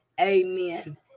amen